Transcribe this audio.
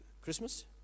Christmas